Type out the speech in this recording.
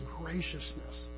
graciousness